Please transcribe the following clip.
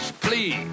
please